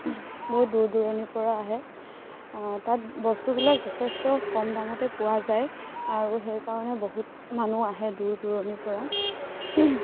বহুত দূৰ দূৰণিৰ পৰা আহে তাত বস্তুবিলাক যথেষ্ট কম দামতে পোৱা যায় আৰু সেইকাৰণে বহুত মানুহ আহে দূৰ দূৰণিৰ পৰা